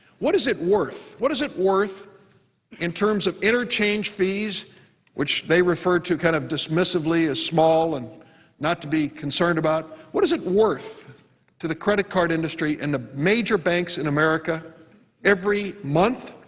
what is it worth? what is it worth in terms of interchange fees which they refer to kind of dismissively as small and not to be concerned about? what is it worth to the credit card industry and the major banks in america every month,